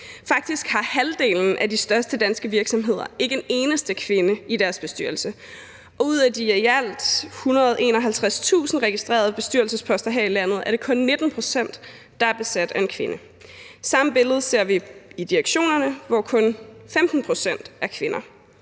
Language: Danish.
Faktisk har halvdelen af de største danske virksomheder ikke en eneste kvinde i deres bestyrelse, og ud af de i alt 151.000 registrerede bestyrelsesposter her i landet, er det kun 19 pct., der er besat af en kvinde. Det samme billede ser vi i direktionerne, hvor kun 15 pct. er kvinder.